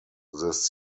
this